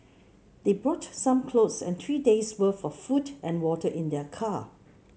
they brought some clothes and three day's worth of food and water in their car